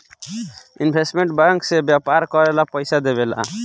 investment bank से व्यापार करेला पइसा देवेले